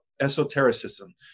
esotericism